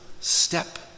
step